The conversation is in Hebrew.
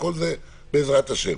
הכול זה בעזרת השם.